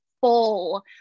full